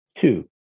Two